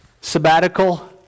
sabbatical